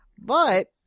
But-